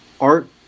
art